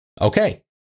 Okay